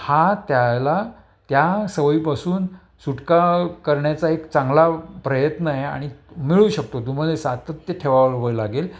हा त्याला त्या सवयीपासून चुटका करण्याचा एक चांगला प्रयत्न आहे आणि मिळू शकतो तुम्हाला सातत्य ठेवावं लागेल